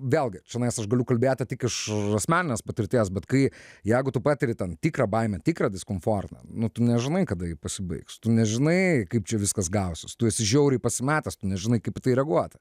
vėlgi čionais aš galiu kalbėti tik iš asmeninės patirties bet kai jeigu tu patiri ten tikrą baimę tikrą diskomfortą nu tu nežinai kada ji pasibaigs tu nežinai kaip čia viskas gausis tu esi žiauriai pasimetęs tu nežinai kaip į tai reaguoti